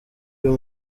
uyu